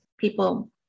people